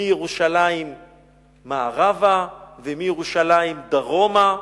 מירושלים מערבה ומירושלים דרומה,